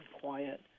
quiet